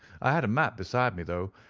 i had a map beside me though,